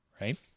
Right